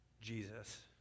Jesus